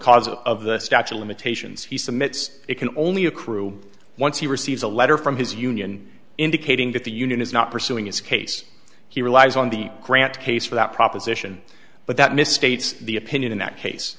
causes of the statue of limitations he submits it can only accrue once he receives a letter from his union indicating that the union is not pursuing its case he relies on the grant case for that proposition but that misstates the opinion in that case